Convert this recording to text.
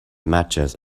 matches